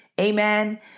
Amen